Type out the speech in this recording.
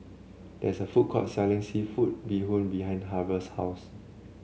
there is a food court selling seafood Bee Hoon behind Harve's house